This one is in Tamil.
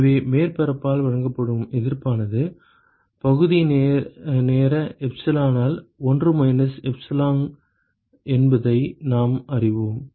எனவே மேற்பரப்பால் வழங்கப்படும் எதிர்ப்பானது பகுதி நேர எப்சிலானால் 1 மைனஸ் எப்சிலான் என்பதை நாம் அறிவோம்